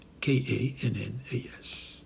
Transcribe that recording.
K-A-N-N-A-S